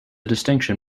distinction